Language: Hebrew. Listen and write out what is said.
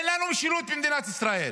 אין לנו משילות במדינת ישראל.